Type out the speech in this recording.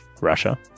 Russia